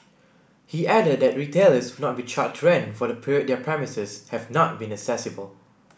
he added that retailers would not be charged rent for the period their premises have not been accessible